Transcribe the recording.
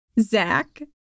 Zach